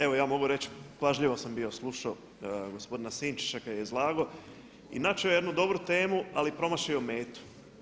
Evo ja mogu reći, pažljivo sam bio slušao gospodina Sinčića kada je izlagao i načeo je jednu dobru temu, ali je promašio metu.